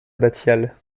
abbatiale